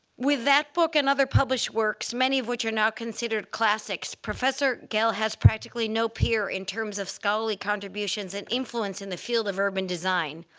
with that book and other published works, many of which are now considered classics, professor gehl has practically no peer in terms of scholarly contributions and influence in the field of urban design,